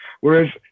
whereas